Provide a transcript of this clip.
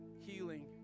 healing